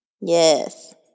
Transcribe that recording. Yes